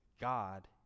God